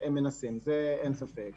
הם מנסים, אין ספק.